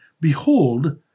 Behold